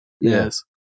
yes